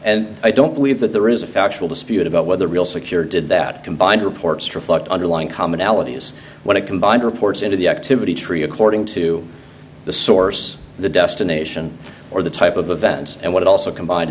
and i don't believe that there is a factual dispute about whether real secure did that combined reports reflect underlying commonalities when it combined reports into the activity tree according to the source the destination or the type of events and what it also combine